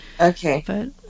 Okay